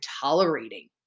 tolerating